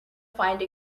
find